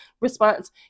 response